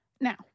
Now